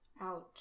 Ouch